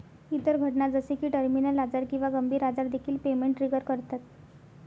इतर घटना जसे की टर्मिनल आजार किंवा गंभीर आजार देखील पेमेंट ट्रिगर करतात